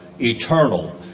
eternal